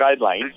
guidelines